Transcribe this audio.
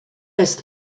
jest